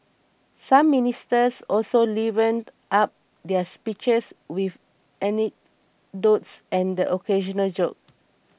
some ministers also livened up their speeches with anecdotes and the occasional joke